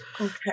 Okay